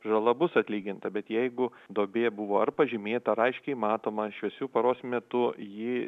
žala bus atlyginta bet jeigu duobė buvo ar pažymėta ar aiškiai matoma šviesiu paros metu ji